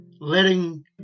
letting